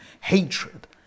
Hatred